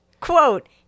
Quote